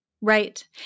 Right